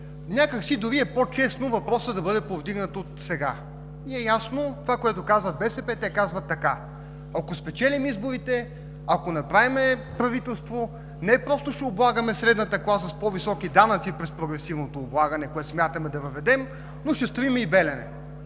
някак си дори е по-честно въпросът да бъде повдигнат от сега. Не е ясно това, което казва БСП. Те казват така: „Ако спечелим изборите, ако направим правителство, не просто ще облагаме средната класа с по-високи данъци с прогресивното облагане, което смятаме да въведем, но ще строим и „Белене“.